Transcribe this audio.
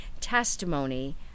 testimony